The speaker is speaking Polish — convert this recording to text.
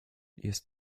jest